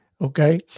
okay